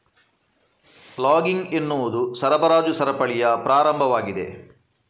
logging ಎನ್ನುವುದು ಸರಬರಾಜು ಸರಪಳಿಯ ಪ್ರಾರಂಭವಾಗಿದೆ